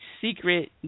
secret